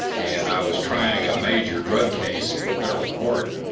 and i was trying a major drug case in federal court,